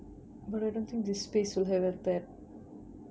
but I don't think this space will have a that